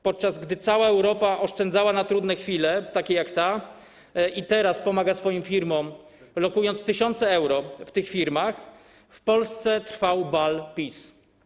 Podczas gdy cała Europa oszczędzała na trudne chwile, takie jak ta, i teraz pomaga swoim firmom, lokując tysiące euro w tych firmach, w Polsce trwał bal PiS.